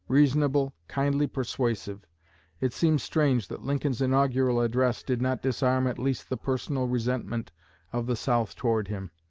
reasonable, kindly persuasive' it seems strange that lincoln's inaugural address did not disarm at least the personal resentment of the south toward him,